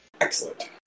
Excellent